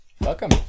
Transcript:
Welcome